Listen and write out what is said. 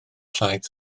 llaeth